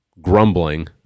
grumbling